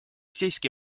siiski